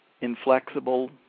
inflexible